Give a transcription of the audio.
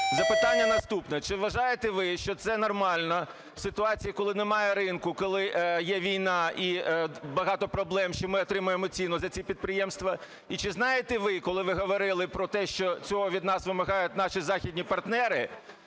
Запитання наступне. Чи вважаєте ви, що це нормально в ситуації, коли немає ринку, коли є війна і багато проблем, що ми отримаємо ціну за ці підприємства. І чи знаєте ви, коли ви говорили про те, що цього від нас вимагають наші західні партнери,